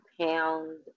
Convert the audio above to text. pound